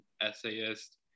essayist